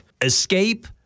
Escape